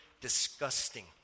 disgusting